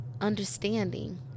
understanding